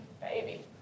baby